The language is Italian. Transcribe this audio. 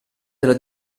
della